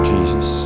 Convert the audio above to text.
Jesus